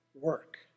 work